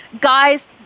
Guys